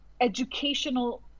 educational